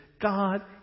God